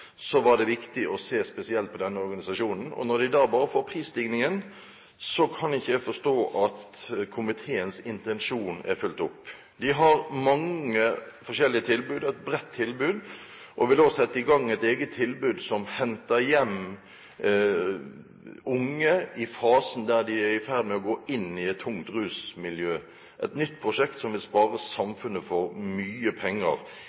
det viktig å se spesielt på denne organisasjonen. Når den da bare får en økning tilsvarende prisstigningen, kan ikke jeg forstå at komiteens intensjon er fulgt opp. De har mange forskjellige tilbud og et bredt tilbud, og vil nå sette i gang et eget tilbud der man henter hjem unge i fasen der de er i ferd med å gå inn i et tungt rusmiljø – et nytt prosjekt som vil spare samfunnet for mye penger.